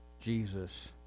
Jesus